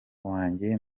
wanjye